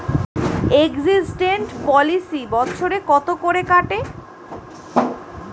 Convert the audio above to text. Accident policy বছরে কত করে কাটে?